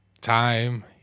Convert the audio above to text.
time